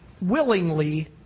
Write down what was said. willingly